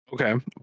okay